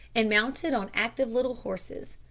and mounted on active little horses.